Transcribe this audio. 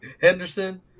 Henderson